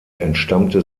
entstammte